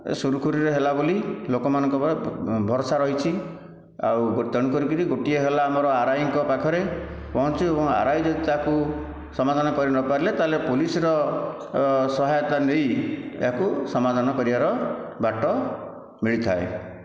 ଏ ସୁରୁଖୁରୁରେ ହେଲା ବୋଲି ଲୋକମାନଙ୍କର ଭରସା ରହିଛି ଆଉ ତେଣୁ କରିକିରି ଗୋଟିଏ ହେଲା ଆମ ଆରଆଇଙ୍କ ପାଖରେ ପହଞ୍ଚୁ ଏବଂ ଆରଆଇ ଯଦି ତାକୁ ସମାଧାନ କରିନପାରିଲେ ତାହେଲେ ପୋଲିସର ସହାୟତା ନେଇ ୟାକୁ ସମାଧାନ କରିବାର ବାଟ ମିଳିଥାଏ